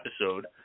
episode